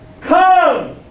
Come